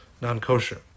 non-kosher